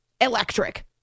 electric